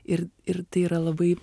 ir ir tai yra labai